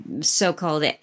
so-called